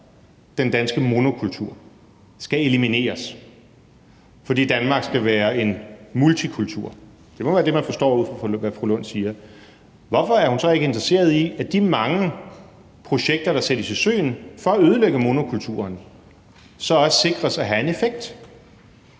den danske monokultur, skal elimineres, fordi Danmark skal være en multikultur – det må jo være det, man må forstå ud fra det, som fru Rosa Lund siger – hvorfor er hun så ikke interesseret i, at de mange projekter, der sættes i søen for at ødelægge monokulturen, så også sikres at have en effekt?